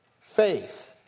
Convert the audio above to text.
faith